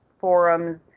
forums